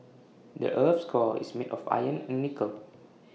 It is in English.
the Earth's core is made of iron and nickel